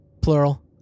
plural